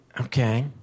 Okay